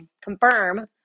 confirm